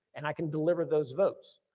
and i can deliver those votes.